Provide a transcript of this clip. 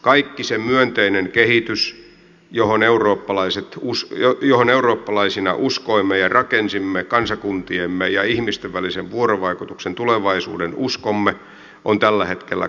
kaikki se myönteinen kehitys johon eurooppalaisina uskoimme ja rakensimme kansakuntiemme ja ihmisten välisen vuorovaikutuksen tulevaisuudenuskomme on tällä hetkellä koetuksella